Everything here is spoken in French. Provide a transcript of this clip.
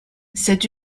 cet